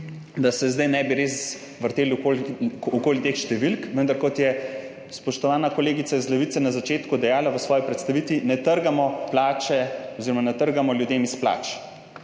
da se zdaj ne bi res vrteli okoli teh številk, vendar kot je spoštovana kolegica iz Levice na začetku dejala v svoji predstavitvi, ne trgamo plače oziroma ne trgamo ljudem iz plač.